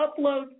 Upload